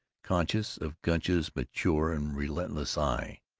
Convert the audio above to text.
conscious of gunch's mature and relentless eye.